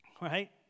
right